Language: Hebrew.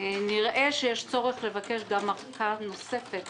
נראה שיש צורך לבקש גם ארכה נוספת